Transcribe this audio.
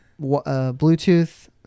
Bluetooth